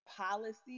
policy